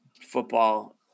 football